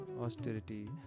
austerity